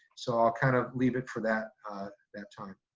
so i'll kind of leave it for that that time.